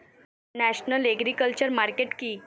National agriculture market কি?